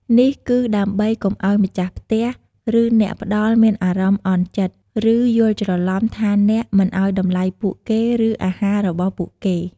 នេះគឺដើម្បីកុំឲ្យម្ចាស់ផ្ទះ ឬអ្នកផ្ដល់មានអារម្មណ៍អន់ចិត្ត ឬយល់ច្រឡំថាអ្នកមិនឲ្យតម្លៃពួកគេ ឬអាហាររបស់ពួកគេ។